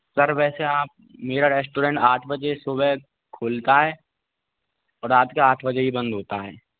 sir वैसे आप मेरा रेस्टोरेंट आठ बजे सुबह खुलता है और रात के आठ बजे ही बंद होता है